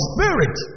Spirit